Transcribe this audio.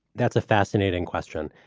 that's a fascinating question,